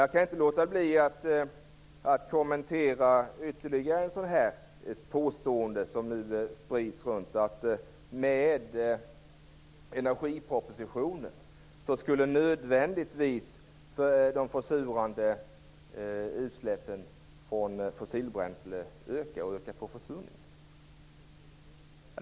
Jag kan inte låta bli att ytterligare kommentera ett påstående som sprids, nämligen att energipropositionen nödvändigtvis skulle innebära att de försurande utsläppen från fossilbränsle ökar och att försurningen ökar.